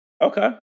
Okay